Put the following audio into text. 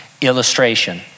illustration